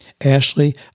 Ashley